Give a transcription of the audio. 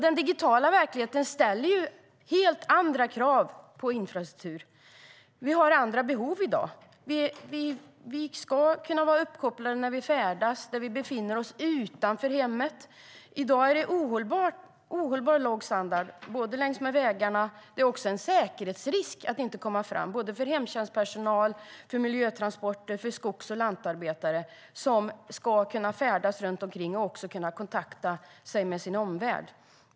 Den digitala verkligheten ställer helt andra krav på infrastruktur. Vi har andra behov i dag. Vi ska kunna vara uppkopplade när vi färdas och när vi befinner oss utanför hemmet. I dag är det ohållbart låg standard längs med vägarna. Det är också en säkerhetsrisk att man inte kan komma fram. Det gäller hemtjänstpersonal, miljötransporter och skogs och lantarbetare som ska kunna färdas och kunna kontakta sig med sin omvärld.